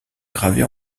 gravés